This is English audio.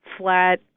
flat